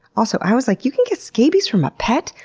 also, i was like you can get scabies from a pet?